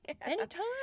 Anytime